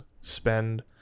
spend